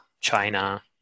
China